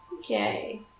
okay